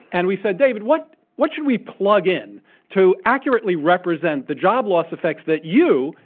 and we said, david, what what should we plug in to accurately represent the job loss effects that you,